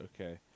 Okay